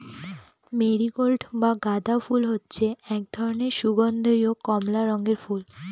marigold বা গাঁদা ফুল হচ্ছে এক ধরনের সুগন্ধীয় কমলা রঙের ফুল